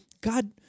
God